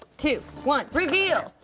two, one, reveal,